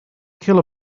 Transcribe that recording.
kill